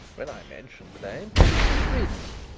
when i mentioned the name he grinned.